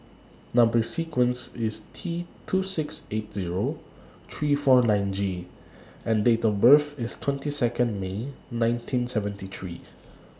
Number sequence IS T two six eight Zero three four nine G and Date of birth IS twenty Second May nineteen seventy three